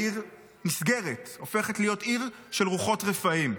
העיר נסגרת, הופכת להיות עיר של רוחות רפאים.